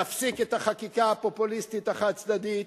תפסיק את החקיקה הפופוליסטית החד-צדדית,